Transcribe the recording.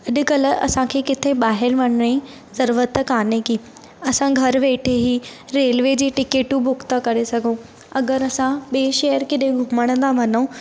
अॼुकल्ह असांखे किथे ॿाहिरि वञण ई ज़रूरत कान्हे की असां घरु वेठे ई रेलवे जी टिकेटूं बुक था करे सघूं अगरि असां ॿिए शहर ई किथे घुमण था वञूं